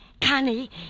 Connie